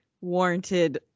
warranted